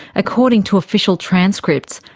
according to official transcripts,